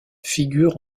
figure